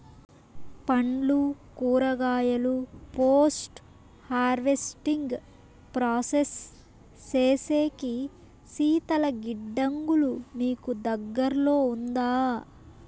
పండ్లు కూరగాయలు post harvesting process సేసేకి శీతల గిడ్డంగులు మీకు దగ్గర్లో ఉందా?